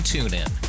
TuneIn